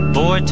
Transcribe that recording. Boy